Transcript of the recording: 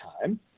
time